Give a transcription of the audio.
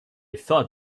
thought